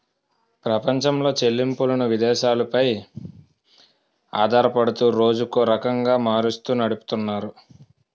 ప్రపంచంలో చెల్లింపులను విదేశాలు పై ఆధారపడుతూ రోజుకో రకంగా మారుస్తూ నడిపితున్నారు